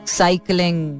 cycling